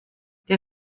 der